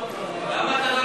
למה אתה לא,